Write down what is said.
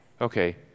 Okay